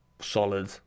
solid